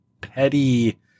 petty